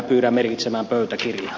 pyydän merkitsemään pöytäkirjaan